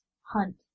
hunt